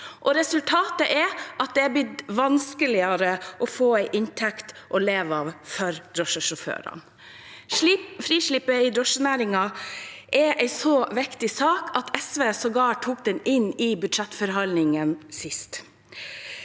Resultatet er at det har blitt vanskeligere å få en inntekt å leve av for drosjesjåførene. Frislippet i drosjenæringen er en så viktig sak at SV sågar tok den inn i budsjettforhandlingene sist.